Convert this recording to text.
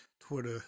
Twitter